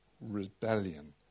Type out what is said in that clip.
rebellion